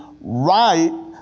right